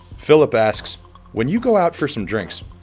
phillip asks when you go out for some drinks,